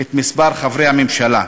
את מספר חברי הממשלה.